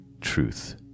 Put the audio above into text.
truth